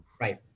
Right